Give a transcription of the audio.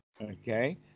Okay